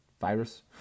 Virus